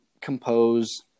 compose